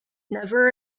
never